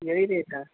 इहेई रेट आहे